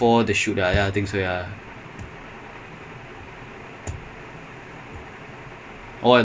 ya it was only serve it was only serve because அவங்க கிட்டைக்கு வந்து:avanga kittaikku vanthu the distance gets shorter it's easier to see